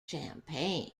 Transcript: champagne